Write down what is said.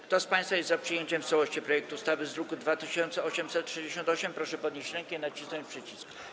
Kto z państwa jest za przyjęciem w całości projektu ustawy z druku nr 2868, proszę podnieść rękę i nacisnąć przycisk.